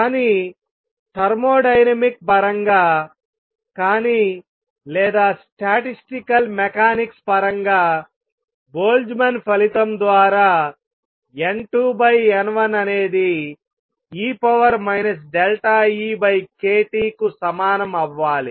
కానీ థర్మోడైనమిక్ పరంగా కానీ లేదా స్టాటిస్టికల్ మెకానిక్స్ పరంగా బోల్ట్జ్మాన్ ఫలితం ద్వారా N2N1 అనేది e EkT కు సమానం అవ్వాలి